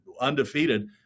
undefeated